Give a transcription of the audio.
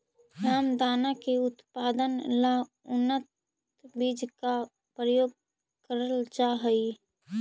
रामदाना के उत्पादन ला उन्नत बीज का प्रयोग करल जा हई